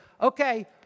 okay